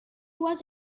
was